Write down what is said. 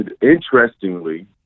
interestingly